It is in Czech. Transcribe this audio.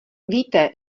víte